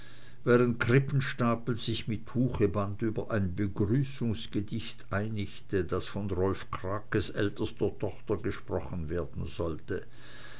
während krippenstapel sich mit tucheband über ein begrüßungsgedicht einigte das von rolf krakes ältester tochter gesprochen werden sollte